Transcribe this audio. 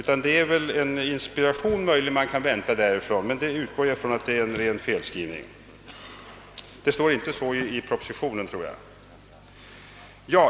Man kan möjligen vänta vissa initiativ från utbildningsanstalterna. Jag utgår emellertid som sagt från att detta är en ren felskrivning — jag tror inte att det står så i propositionen.